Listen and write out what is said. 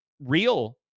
real